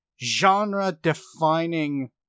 genre-defining